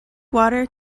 water